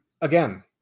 again